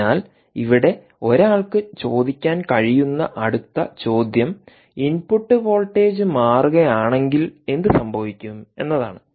അതിനാൽ ഇവിടെ ഒരാൾക്ക് ചോദിക്കാൻ കഴിയുന്ന അടുത്ത ചോദ്യം ഇൻപുട്ട് വോൾട്ടേജ് മാറുകയാണെങ്കിൽ എന്ത് സംഭവിക്കും എന്നതാണ്